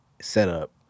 setup